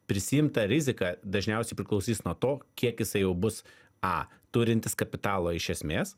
prisiimta rizika dažniausiai priklausys nuo to kiek jisai jau bus a turintis kapitalo iš esmės